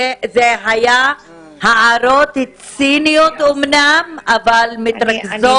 אלה היו הערות ציניות אומנם אבל מתרכזות